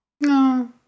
No